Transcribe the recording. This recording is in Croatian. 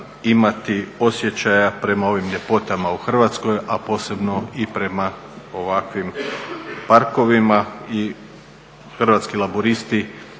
imati osjećaja prema ovim ljepotama u Hrvatskoj, a posebno i prema ovakvim parkovima i Hrvatski laburisti